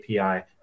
API